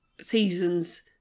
seasons